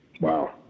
Wow